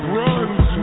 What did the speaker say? runs